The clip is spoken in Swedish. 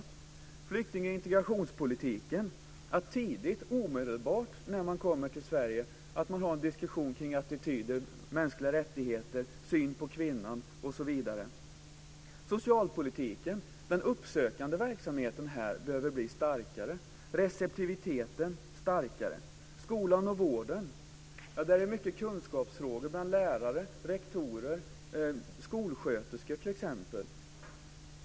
I flykting och integrationspolitiken gäller det att tidigt, omedelbart vid ankomsten till Sverige, ha en diskussion kring attityder, mänskliga rättigheter, synen på kvinnan osv. I fråga om socialpolitiken behöver den uppsökande verksamheten och receptiviteten bli starkare. Vad gäller skolan och vården handlar det mycket om kunskapsfrågor bland t.ex. lärare, rektorer och skolsköterskor.